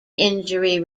injury